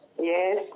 Yes